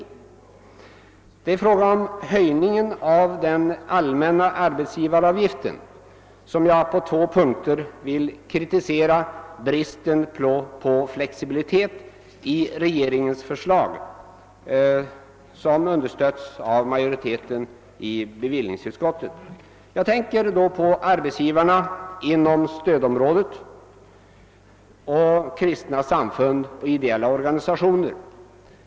Jag vill dock med anledning av förslaget om höjning av den allmänna arbetsgivaravgiften på två punkter kritisera bristen på flexibilitet i regeringens förslag, som understötts av majoriteten i bevillningsutskottet. Jag tänker då på arbetsgivarna inom stödområdet och kristna samfund och ideella organisationer.